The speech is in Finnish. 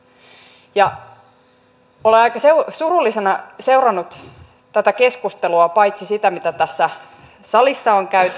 olen aika surullisena seurannut tätä keskustelua paitsi sitä mitä tässä salissa on käyty